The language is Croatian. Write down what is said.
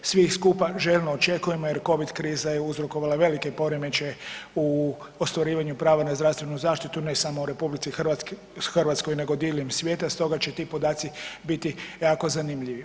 Svi skupa željno očekujemo jer covid kriza je uzrokovala velike poremećaja u ostvarivanju prava na zdravstvenu zaštitu ne samo u RH nego diljem svijeta stoga će ti podaci biti jako zanimljivi.